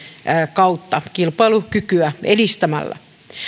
kautta kilpailukykyä edistämällä